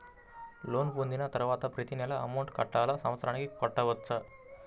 Loan పొందిన తరువాత ప్రతి నెల అమౌంట్ కట్టాలా? సంవత్సరానికి కట్టుకోవచ్చా?